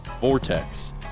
Vortex